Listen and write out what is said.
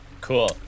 Cool